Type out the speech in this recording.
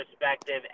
perspective